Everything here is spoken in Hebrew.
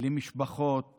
למשפחות